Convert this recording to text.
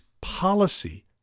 policy